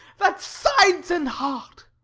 that's sides and heart.